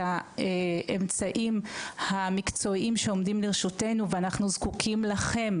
האמצעים המקצועיים שעומדים לרשותנו ואנחנו זקוקים לכם,